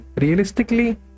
realistically